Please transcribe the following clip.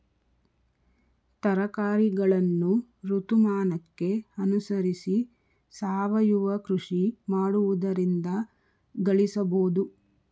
ತರಕಾರಿಗಳನ್ನು ಋತುಮಾನಕ್ಕೆ ಅನುಸರಿಸಿ ಸಾವಯವ ಕೃಷಿ ಮಾಡುವುದರಿಂದ ಗಳಿಸಬೋದು